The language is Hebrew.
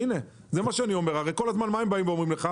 הרי, מה הם באים ואומרים כל הזמן?